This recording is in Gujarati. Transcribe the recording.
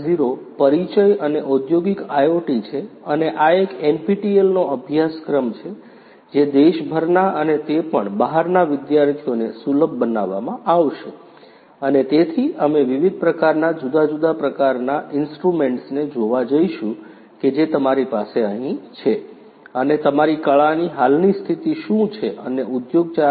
0 પરિચય અને ઔદ્યોગિક IoT છે અને આ એક NPTEL નો અભ્યાસક્રમ છે જે દેશભરના અને તે પણ બહારના વિદ્યાર્થીઓને સુલભ બનાવવામાં આવશે અને તેથી અમે વિવિધ પ્રકારનાં જુદા જુદા પ્રકારનાં ઇન્સ્ટ્રુમેન્ટ્સને જોવા જઈશું કે જે તમારી પાસે અહીં છે અને તમારી કળાની હાલની સ્થિતિ શું છે અને ઉદ્યોગ 4